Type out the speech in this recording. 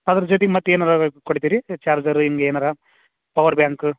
ಅದ್ರ ಜೊತಿಗೆ ಮತ್ತೇನಾರೂ ಕೊಡ್ತೀರಿ ಚಾರ್ಜರ್ ಹಿಂಗೇ ಏನಾರು ಪವರ್ ಬ್ಯಾಂಕ